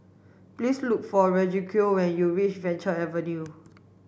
please look for Refugio when you reach Venture Avenue